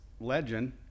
legend